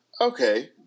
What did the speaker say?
Okay